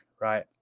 right